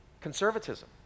conservatism